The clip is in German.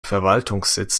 verwaltungssitz